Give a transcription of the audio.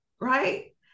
right